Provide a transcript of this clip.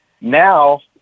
now